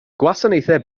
gwasanaethau